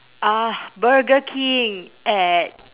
uh burger king at